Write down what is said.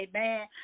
Amen